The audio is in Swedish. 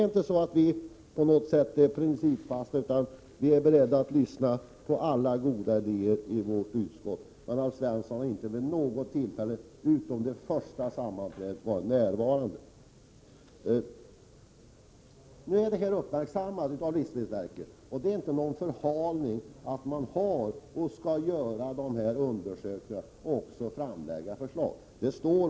1987/88:99 utskottet är inte på något sätt principryttare, utan vi är beredda att lyssna på 13 april 1988 alla goda idéer, men Alf Svensson har inte vid något annat tillfälle än vid utskottets första sammanträde varit närvarande där. Den här frågan är nu uppmärksammad av livsmedelsverket, och det är inte fråga om någon förhalning. Man skall göra de aktuella undersökningarna och även framlägga förslag.